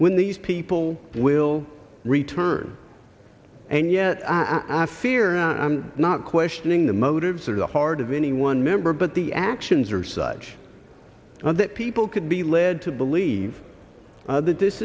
when these people will return and yet i fear and i'm not questioning the motives or the heart of any one member but the actions are such that people could be led to believe that this